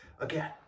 again